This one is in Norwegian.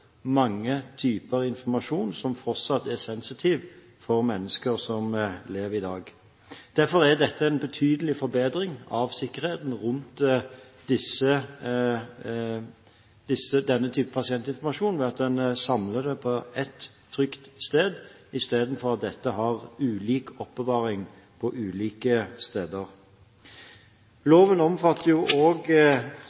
mange typer informasjon som fortsatt er sensitiv for mennesker som lever i dag. Dette er en betydelig forbedring av sikkerheten rundt denne type pasientinformasjon ved at en samler den på ett trygt sted istedenfor å ha ulik oppvaring på ulike steder.